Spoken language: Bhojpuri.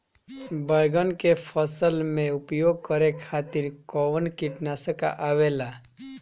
बैंगन के फसल में उपयोग करे खातिर कउन कीटनाशक आवेला?